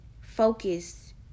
focus